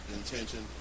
intention